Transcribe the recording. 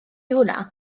hwnna